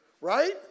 Right